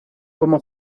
como